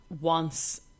wants